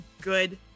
good